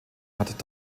hat